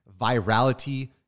virality